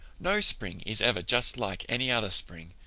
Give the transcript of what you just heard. no spring is ever just like any other spring.